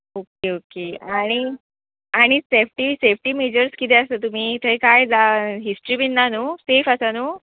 okay okay आनी आनी safety safety measures किदें आसा तुमी थंय काय हिस्ट्री बीन ना न्हू सेफ आसा न्हू